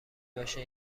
باشه